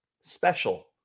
special